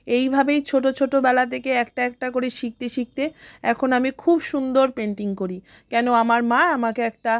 এইভাবেই ছোটো ছোটোবেলা থেকে একটা একটা করে শিখতে শিখতে এখন আমি খুব সুন্দর পেন্টিং করি কেন আমার মা আমাকে একটা